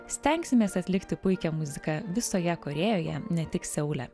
stengsimės atlikti puikią muziką visoje korėjoje ne tik seule